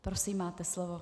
Prosím, máte slovo.